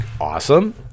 awesome